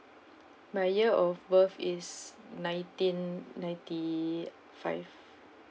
my year of birth is nineteen ninety five